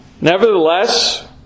Nevertheless